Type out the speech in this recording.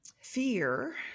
Fear